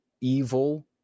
evil